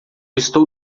estou